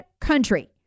country